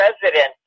president